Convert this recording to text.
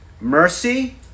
mercy